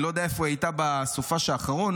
אני לא יודע איפה היא הייתה בסופ"ש האחרון.